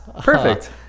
Perfect